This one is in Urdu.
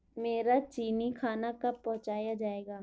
میرا چینی کھانا کب پہنچایا جائے گا